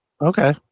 Okay